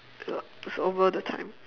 it's over the time